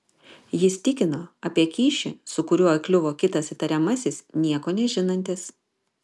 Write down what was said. jis tikino apie kyšį su kuriuo įkliuvo kitas įtariamasis nieko nežinantis